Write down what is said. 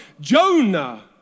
Jonah